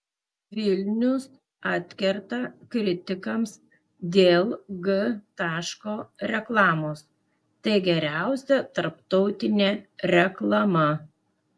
vilnius atkerta kritikams dėl g taško reklamos tai geriausia tarptautinė reklama